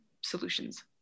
solutions